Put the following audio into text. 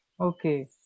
Okay